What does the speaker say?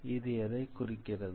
இது எதை குறிக்கிறது